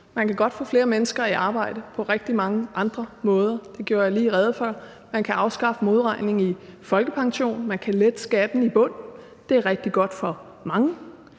Man kan godt få flere mennesker i arbejde på rigtig mange andre måder. Det gjorde jeg lige rede for. Man kan afskaffe modregningen i folkepensionen, og man kan lette skatten i bunden. Det er rigtig godt for mange,